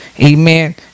amen